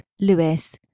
Lewis